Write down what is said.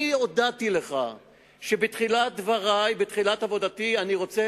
אני הודעתי לך שבתחילת עבודתי אני רוצה